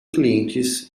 clientes